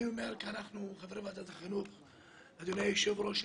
אדוני היושב-ראש,